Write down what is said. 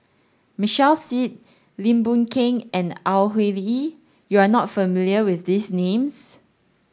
Michael Seet Lim Boon Keng and Au Hing Yee you are not familiar with these names